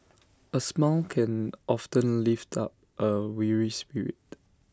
A smile can often lift up A weary spirit